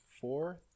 four